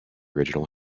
original